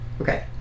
okay